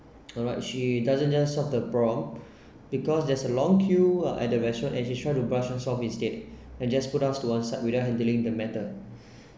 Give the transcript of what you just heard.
alright she doesn't just solve the prob~ because there's a long queue ah at the restaurant and she tries to brush us off instead and just put us to one side without handling the matter